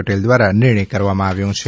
પટેલ દ્રારા નિર્ણય કરવામાં આવ્યો છે